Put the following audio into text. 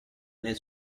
nel